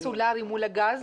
הסולרי מול הגז?